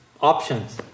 options